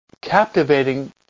captivating